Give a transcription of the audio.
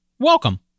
Welcome